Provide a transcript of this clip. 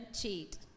cheat